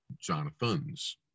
Jonathan's